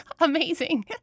Amazing